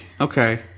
okay